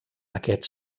aquest